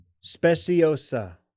Speciosa